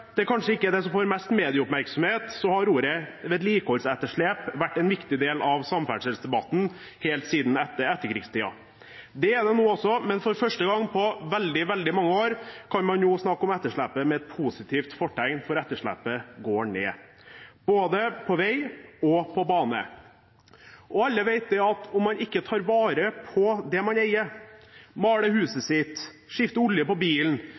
det kanskje ikke er det som får mest medieoppmerksomhet, har ordet «vedlikeholdsetterslep» vært en viktig del av samferdselsdebatten helt siden etterkrigstiden. Det er det nå også, men for første gang på veldig mange år kan man nå snakke om etterslepet med et positivt fortegn, for etterslepet går ned, både på vei og bane. Alle vet at om man ikke tar vare på det man eier – maler huset sitt, skifter olje på bilen